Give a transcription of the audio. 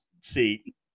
seat